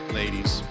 ladies